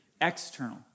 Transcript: external